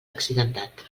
accidentat